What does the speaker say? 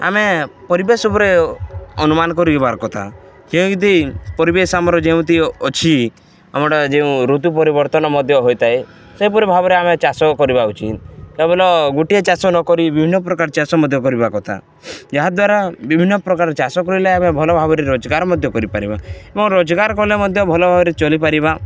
ଆମେ ପରିବେଶ ଉପରେ ଅନୁମାନ କରିବାର୍ କଥା କେଉଁଠିକି ପରିବେଶ ଆମର ଯେଉଁଠି ଅଛି ଆମର ଯେଉଁ ଋତୁ ପରିବର୍ତ୍ତନ ମଧ୍ୟ ହୋଇଥାଏ ସେହିପରି ଭାବରେ ଆମେ ଚାଷ କରିବା ଉଚିତ କେବଳ ଗୋଟିଏ ଚାଷ ନକରି ବିଭିନ୍ନ ପ୍ରକାର ଚାଷ ମଧ୍ୟ କରିବା କଥା ଯାହାଦ୍ୱାରା ବିଭିନ୍ନ ପ୍ରକାର ଚାଷ କରିଲେ ଆମେ ଭଲ ଭାବରେ ରୋଜଗାର ମଧ୍ୟ କରିପାରିବା ଏବଂ ରୋଜଗାର କଲେ ମଧ୍ୟ ଭଲ ଭାବରେ ଚଳିପାରିବା